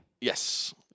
yes